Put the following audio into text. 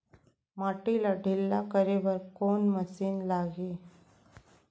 माटी ला ढिल्ला करे बर कोन मशीन लागही?